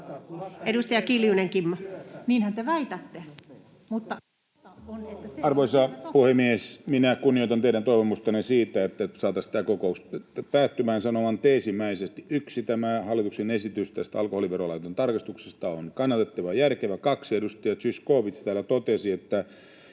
muuttamisesta Time: 13:22 Content: Arvoisa puhemies! Minä kunnioitan teidän toivomustanne siitä, että saataisiin tämä kokous päättymään. Sanon vain teesimäisesti: 1) Tämä hallituksen esitys tästä alkoholiverolakien tarkastuksesta on kannatettava ja järkevä. 2) Edustaja Zyskowicz täällä totesi, että